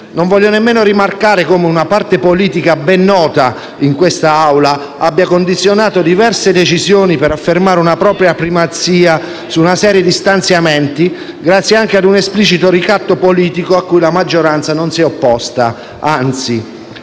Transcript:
Non voglio nemmeno rimarcare come, una parte politica ben nota in questa Aula, abbia condizionato diverse decisioni per affermare una propria primazia su una serie di stanziamenti, grazie anche ad un esplicito ricatto politico a cui la maggioranza non si è opposta, anzi!